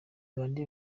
bande